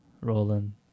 Rolling